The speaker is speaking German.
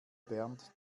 bernd